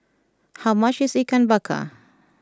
how much is Ikan Bakar